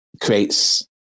creates